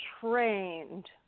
trained